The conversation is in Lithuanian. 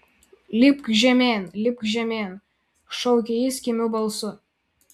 lipk žemėn lipk žemėn šaukė jis kimiu balsu